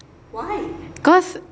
because